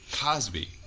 Cosby